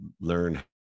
learn